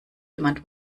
jemand